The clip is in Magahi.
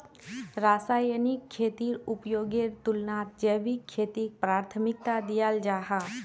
रासायनिक खेतीर उपयोगेर तुलनात जैविक खेतीक प्राथमिकता दियाल जाहा